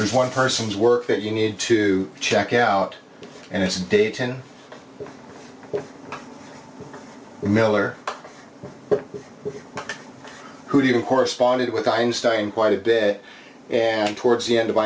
there's one person's work that you need to check out and it's day ten miller who didn't corresponded with einstein quite a bit and towards the end of